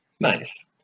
Nice